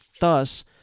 Thus